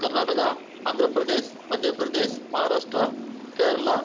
Karnataka Andhra Pradesh Madhya Pradesh Maharashtra Kerala